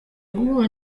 guhura